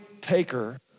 taker